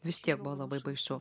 vis tiek buvo labai baisu